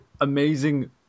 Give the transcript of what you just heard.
amazing